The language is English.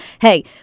hey